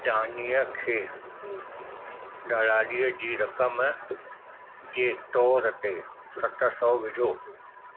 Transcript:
दानिआ खे दलालीअ जी रक़म जे तौर ते सत सौ विझो